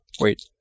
Wait